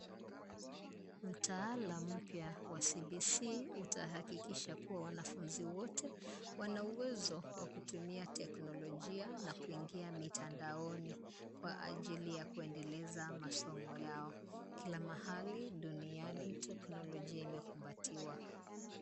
Mtaalam mpya wa CBC utahakikisha kuwa wanafunzi wote wanauwezo kutumia teknolojia na kuingia mitandaoni kwa ajili ya kuendeleza masomo yao. Kila mahali duniani teknolojia imekumbatiwa.